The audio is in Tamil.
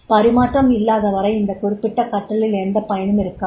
பரிமாற்றம் இல்லாத வரை இந்த குறிப்பிட்ட கற்றலில் எந்தப் பயனும் இருக்காது